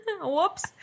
Whoops